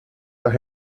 las